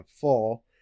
fall